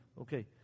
Okay